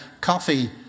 coffee